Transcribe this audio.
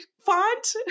font